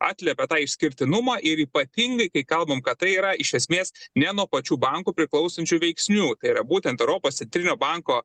atliepia tą išskirtinumą ir ypatingai kai kalbam kad tai yra iš esmės ne nuo pačių bankų priklausančių veiksnių tai yra būtent europos centrinio banko